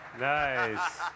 Nice